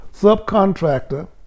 subcontractor